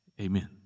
amen